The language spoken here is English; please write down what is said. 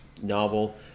novel